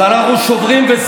אז אנחנו שוברים,